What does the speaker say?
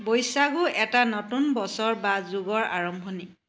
বৈচাগু এটা নতুন বছৰ বা যুগৰ আৰম্ভণি